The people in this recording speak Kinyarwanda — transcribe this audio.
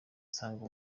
nsanga